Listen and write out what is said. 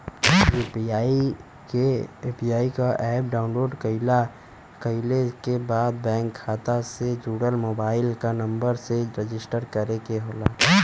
UPI क app download कइले के बाद बैंक खाता से जुड़ल मोबाइल नंबर से रजिस्टर करे के होला